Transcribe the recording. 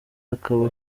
akaba